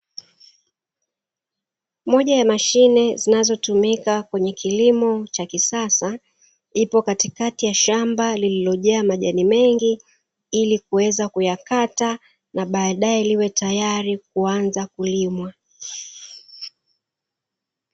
Moja ya mashine zinazotumika kwenye kilimo cha kisasa, ipo katikati ya shamba lililojaa majani mengi, ili kuweza kuyakata na baadaye liwe tayari kuanza kulimwa.